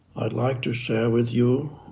i'd like to share with you